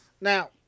Now